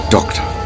Doctor